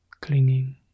Clinging